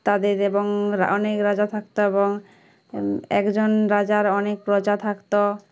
তাদের এবং অনেক রাজা থাকতো এবং একজন রাজার অনেক প্রজা থাকতো